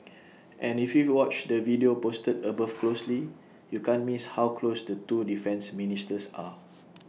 and if you watch the video posted above closely you can't miss how close the two defence ministers are